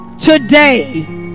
today